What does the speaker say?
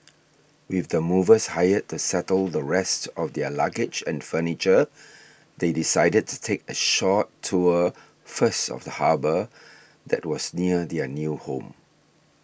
with the movers hired to settle the rest of their luggage and furniture they decided to take a short tour first of the harbour that was near their new home